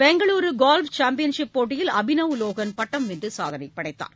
Bengaluru golf championship போட்டியில் அபினவ் லோகன் பட்டம் வென்று சாதனை படைத்தார்